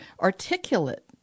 articulate